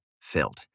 filled